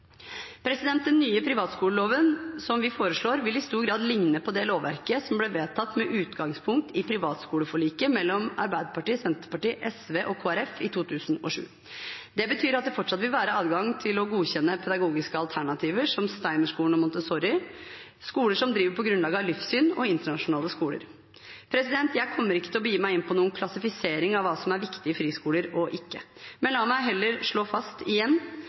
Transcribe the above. Den nye privatskoleloven som vi foreslår, vil i stor grad likne på det lovverket som ble vedtatt med utgangspunkt i privatskoleforliket mellom Arbeiderpartiet, Senterpartiet, SV og Kristelig Folkeparti i 2007. Det betyr at det fortsatt vil være adgang til å godkjenne pedagogiske alternativer, som Steinerskolen og Montessori-skoler, skoler som driver på grunnlag av livssyn, og internasjonale skoler. Jeg kommer ikke til å begi meg inn på noen klassifisering av hva som er viktige friskoler og ikke. La meg heller igjen slå fast: